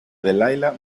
adelaida